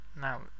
now